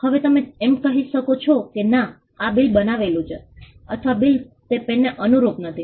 હવે તમે એમ કહી શકો છો કે ના આ બિલ બનાવેલુ છે અથવા બિલ તે પેનને અનુરૂપ નથી